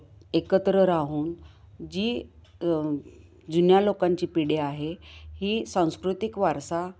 एकत्र राहून जी जुन्या लोकांची पिढी आहे ही सांस्कृतिक वारसा